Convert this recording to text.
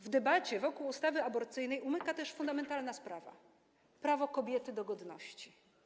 W debacie wokół ustawy aborcyjnej umyka też fundamentalna sprawa: prawo kobiety do godności.